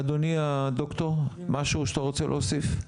אדוני הדוקטור, משהו שאתה רוצה להוסיף?